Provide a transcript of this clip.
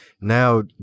now